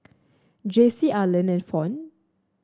Jaycie Arland and Fawn